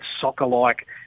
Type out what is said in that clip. soccer-like